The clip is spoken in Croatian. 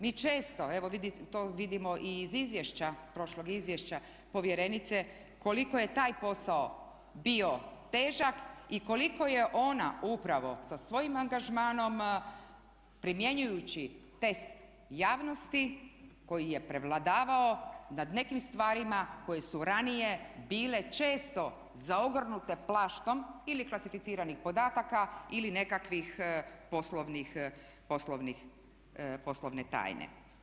Mi često, evo to vidimo i iz izvješća, prošlog izvješća povjerenice koliko je taj posao bio težak i koliko je ona upravo sa svojim angažmanom primjenjujući test javnosti koji je prevladavao nad nekim stvarima koje su ranije bile često zaogrnute plaštom ili klasificiranih podataka ili nekakvih poslovne tajne.